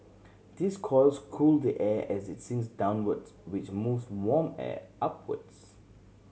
these coils cool the air as it sinks downwards which moves warm air upwards